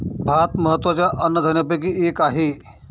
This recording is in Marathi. भात महत्त्वाच्या अन्नधान्यापैकी एक आहे